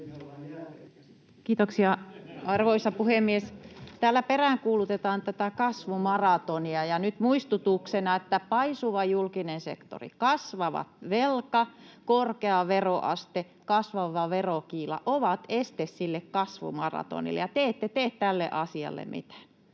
Kiitoksia, arvoisa puhemies! Täällä peräänkuulutetaan tätä kasvumaratonia, ja nyt muistutuksena, että paisuva julkinen sektori, kasvava velka, korkea veroaste ja kasvava verokiila ovat este sille kasvumaratonille, ja te ette tee tälle asialle mitään.